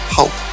Hope